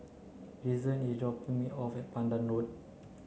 Reason is dropping me off at Pandan Road